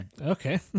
Okay